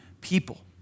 people